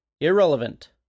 Irrelevant